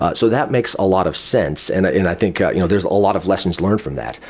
but so that makes a lot of sense, and ah and i think you know there's a lot of lessons learned from that.